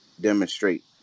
demonstrate